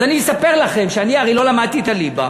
אז אני אספר לכם שאני הרי לא למדתי את הליבה,